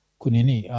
kunini